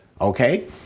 okay